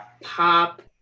pop